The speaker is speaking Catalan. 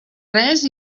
res